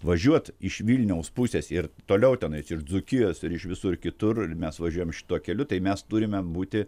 važiuot iš vilniaus pusės toliau tenai iš dzūkijos ir iš visur kitur ir mes važiuojam šituo keliu tai mes turime būti